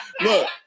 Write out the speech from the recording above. Look